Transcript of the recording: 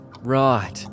Right